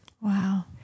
Wow